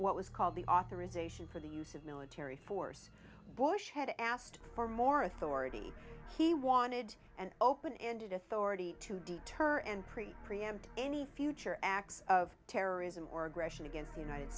what was called the authorization for the use of military force bush had asked for more authority he wanted an open ended authority to deter and pre preempt any future acts of terrorism or aggression against the united